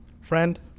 friend